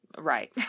Right